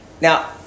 Now